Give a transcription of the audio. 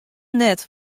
net